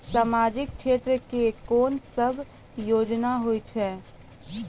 समाजिक क्षेत्र के कोन सब योजना होय छै?